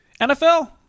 NFL